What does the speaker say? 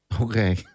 Okay